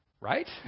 right